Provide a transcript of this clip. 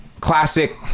Classic